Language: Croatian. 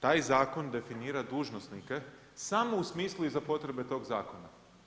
Taj zakon definira dužnosnike samo u smislu i za potrebe toga zakona.